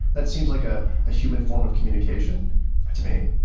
that seems like a human form of communication to me.